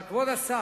אבל, כבוד השר,